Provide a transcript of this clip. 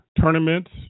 tournaments